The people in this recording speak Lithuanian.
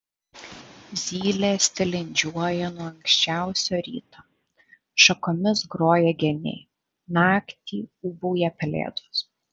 zylės tilindžiuoja nuo anksčiausio ryto šakomis groja geniai naktį ūbauja pelėdos